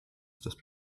das